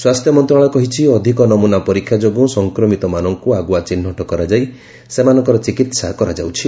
ସ୍ୱାସ୍ଥ୍ୟ ମନ୍ତ୍ରଣାଳୟ କହିଛି ଅଧିକ ନମୁନା ପରୀକ୍ଷା ଯୋଗୁଁ ସଂକ୍ରମିତମାନଙ୍କୁ ଆଗୁଆ ଚିହ୍ନଟ କରାଯାଇ ସେମାନଙ୍କର ଚିକିତ୍ସା କରାଯାଉଛି